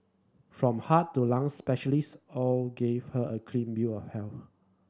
from heart to lung specialists all gave her a clean bill of health